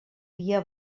dia